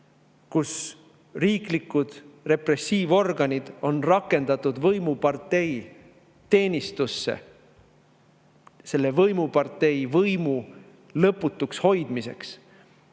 kus riiklikud repressiivorganid on rakendatud võimupartei teenistusse selle võimupartei võimu lõputuks hoidmiseks.